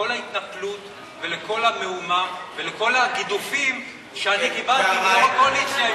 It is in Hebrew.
לכל ההתנפלות ולכל המהומה ולכל הגידופים שאני קיבלתי מיו"ר הקואליציה,